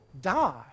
die